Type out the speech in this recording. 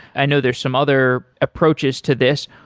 i know there's some other approaches to this.